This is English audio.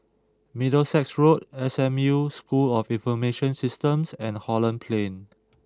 Middlesex Road S M U School of Information Systems and Holland Plain